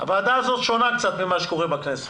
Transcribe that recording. הוועדה הזאת שונה קצת ממה שקורה בכנסת.